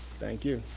thank you.